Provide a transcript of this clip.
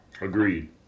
Agreed